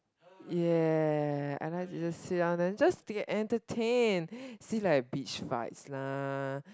yeah I like to just sit down and just to get entertained see like bitch fights lah